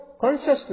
consciousness